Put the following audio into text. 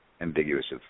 ambiguous